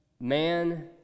Man